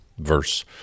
Verse